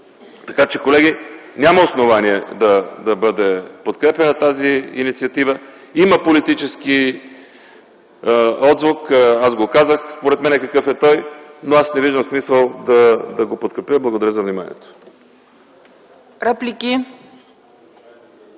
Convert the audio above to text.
проблем. Колеги, няма основание да бъде подкрепяна тази инициатива. Има политически отзвук, аз казах според мен какъв е той, но не виждам смисъл да го подкрепя. Благодаря за вниманието.